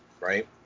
right